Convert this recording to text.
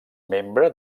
membre